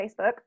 Facebook